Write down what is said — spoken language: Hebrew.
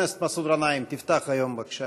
מטעם הממשלה: הצעת חוק למניעת הטרדות של מוקדי חירום (תיקון),